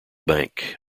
bank